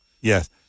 Yes